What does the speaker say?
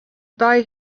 buy